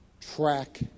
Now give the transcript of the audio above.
track